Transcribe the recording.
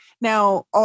Now